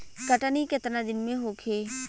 कटनी केतना दिन में होखे?